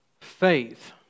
Faith